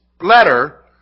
letter